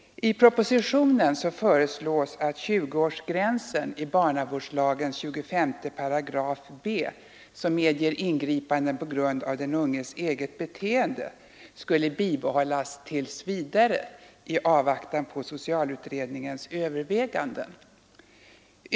I propositionen föreslås att 20-årsgränsen i barnavårdslagen 25 8 b som medger ingripanden på grund av den unges eget beteende skulle bibehållas tills vidare i avvaktan på socialutredningens överväganden.